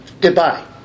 goodbye